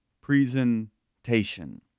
presentation